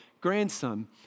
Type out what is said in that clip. grandson